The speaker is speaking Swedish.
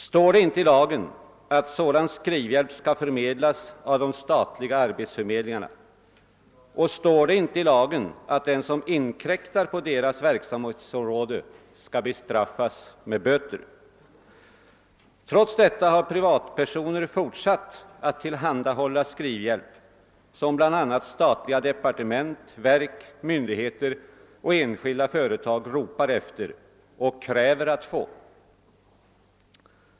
Står det inte i lagen att sådan skrivhjälp skall förmedlas av de statliga arbetsförmedlingarna, och står det inte i lagen att den som inkräktar på deras verksamhetsområde skall bestraffas med böter? Trots detta har privatpersoner fortsatt att tillhandahålla skrivhjälp som bl.a. statliga departement, verk, myndigheter och enskilda företag kräver att få.